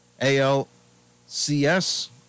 ALCS